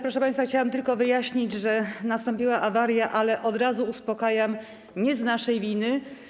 Proszę państwa, chciałam tylko wyjaśnić, że nastąpiła awaria, ale od razu uspokajam: nie z naszej winy.